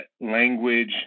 language